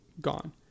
Gone